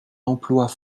emplois